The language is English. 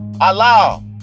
Allah